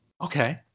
Okay